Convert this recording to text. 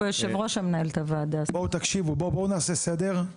בואו נעשה סדר,